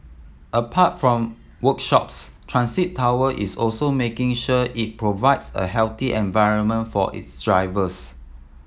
apart from workshops Transit Tower is also making sure it provides a healthy environment for its drivers